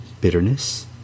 bitterness